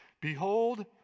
behold